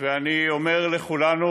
ואני אומר לכולנו: